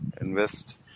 invest